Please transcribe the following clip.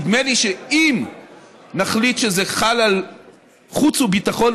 נדמה לי שאם נחליט שזה חל על חוץ וביטחון,